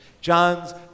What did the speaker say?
John's